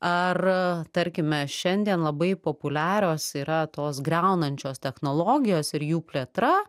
ar tarkime šiandien labai populiarios yra tos griaunančios technologijos ir jų plėtra